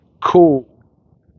cool